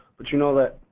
but you know that